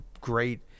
great